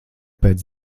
pēc